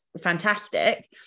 fantastic